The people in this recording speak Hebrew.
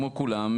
כמו כולם,